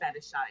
fetishize